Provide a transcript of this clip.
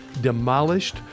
demolished